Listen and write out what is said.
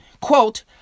quote